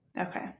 Okay